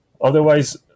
Otherwise